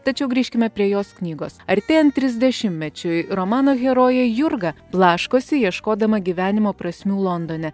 tačiau grįžkime prie jos knygos artėjant trisdešimtmečiui romano herojė jurga blaškosi ieškodama gyvenimo prasmių londone